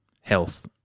health